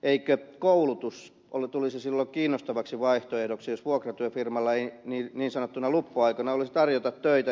eikö koulutus tulisi silloin kiinnostavaksi vaihtoehdoksi jos vuokratyöfirmalla ei niin sanottuina luppoaikoina olisi tarjota töitä